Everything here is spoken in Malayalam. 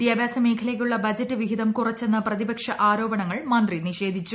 വിദ്യാഭ്യാസ മേഖലയ്ക്കുള്ളൂബജറ്റ് വിഹിതം കുറച്ചെന്ന പ്രതിപക്ഷ ആരോപണങ്ങൾ മന്ത്രി നിട്ഷേധിച്ചു